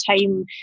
time